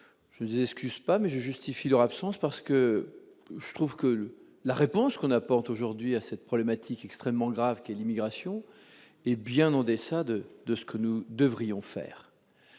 Je ne les excuse pas, mais je justifie leur absence. Je trouve en effet que la réponse qu'on apporte aujourd'hui à cette problématique extrêmement grave qu'est l'immigration est bien en deçà de ce que nous devrions faire.